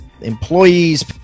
employees